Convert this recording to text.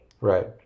Right